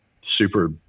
super